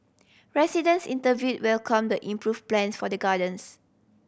residents interviewed welcomed the improved plans for the gardens